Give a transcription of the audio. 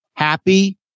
Happy